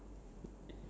ya